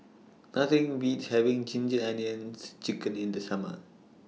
Nothing Beats having Ginger Onions Chicken in The Summer